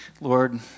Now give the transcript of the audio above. Lord